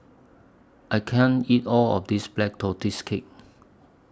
I can't eat All of This Black Tortoise Cake